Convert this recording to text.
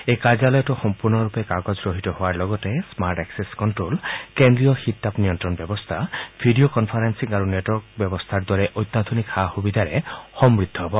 এই কাৰ্যালয়টো সম্পূৰ্ণৰূপে কাগজ ৰহিত হোৱাৰ লগতে স্মাৰ্ট এছেছ কণ্ট্ৰোল কেন্দ্ৰীয় শীত তাপ নিয়ন্ত্ৰণ ব্যৱস্থা ভিডিঅ কনফাৰেন্সিং আৰু নেটৱৰ্ক ব্যৱস্থাৰ দৰে অত্যাধুনিক সা সুবিধাৰে সমৃদ্ধ হব